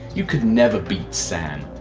you could never beat sam.